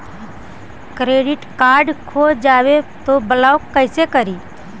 Credit card खो जाए तो ब्लॉक कैसे करी?